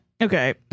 Okay